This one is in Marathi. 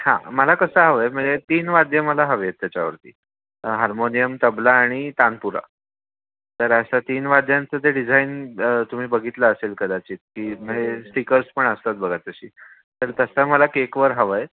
हा मला कसं हवं आहे म्हणजे तीन वाद्य मला हवेत त्याच्यावरती हार्मोनियम तबला आणि तानपुरा तर असं तीन वाद्यांचं ते डिझाईन तुम्ही बघितलं असेल कदाचित की म्हणजे स्टिकर्स पण असतात बघा तशी तर तसं मला केकवर हवं आहे